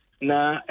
Na